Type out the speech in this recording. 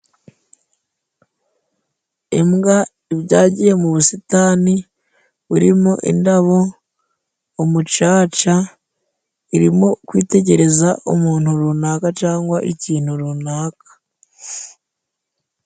Imbwa ibyagiye mu busitani burimo indabo, umucaca, irimo kwitegereza umuntu runaka cangwa ikintu runaka.